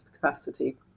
capacity